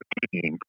team